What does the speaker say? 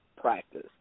practice